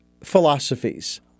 philosophies